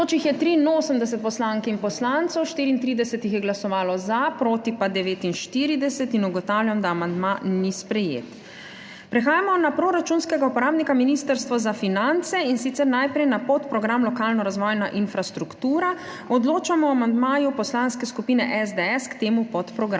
Navzočih je 83 poslank in poslancev, 34 jih je glasovalo za, proti pa 49. (Za je glasovalo 34.) (Proti 49.) Ugotavljam, da amandma ni sprejet. Prehajamo na proračunskega uporabnika Ministrstvo za finance, in sicer najprej na podprogram Lokalno razvojna infrastruktura. Odločamo o amandmaju Poslanske skupine SDS k temu podprogram.